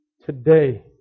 Today